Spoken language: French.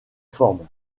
formes